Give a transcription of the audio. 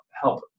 help